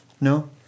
No